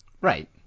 Right